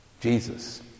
Jesus